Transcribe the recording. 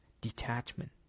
detachment